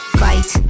fight